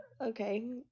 okay